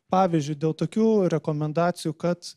pavyzdžiui dėl tokių rekomendacijų kad